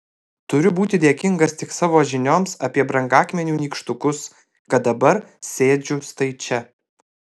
turiu būti dėkingas tik savo žinioms apie brangakmenių nykštukus kad dabar sėdžiu štai čia